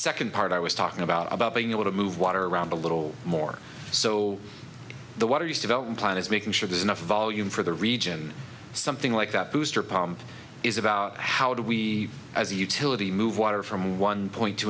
second part i was talking about about being able to move water around a little more so the water's development plan is making sure there's enough volume for the region something like that is about how do we as a utility move water from one point to